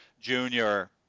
junior